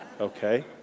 Okay